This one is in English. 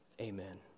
Amen